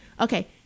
okay